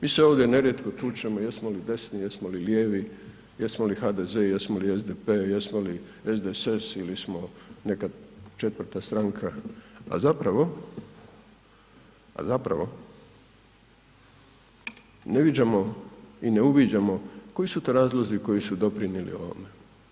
Mi se ovdje nerijetko tučemo jesmo li desni, jesmo li lijevi, jesmo li HDZ, jesmo li SDP, jesmo li SDSS ili smo neka 4. stranka, a zapravo, ne viđamo i ne uviđamo koji su to razlozi koji su doprinijeli ovome.